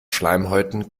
schleimhäuten